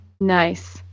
Nice